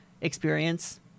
experience